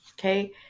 okay